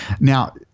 Now